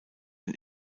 den